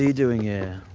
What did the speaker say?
doing here?